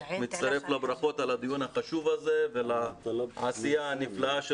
אני מצטרף לברכות על הדיון החשוב הזה ועל העשייה הנפלאה של